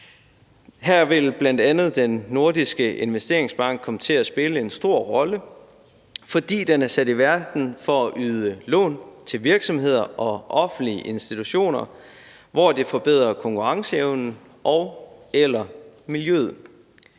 Her vil bl.a. Den Nordiske Investeringsbank komme til at spille en stor rolle, fordi den er sat i verden for at yde lån til virksomheder og offentlige institutioner i forbindelse med at forbedre konkurrenceevnen og/eller miljøet.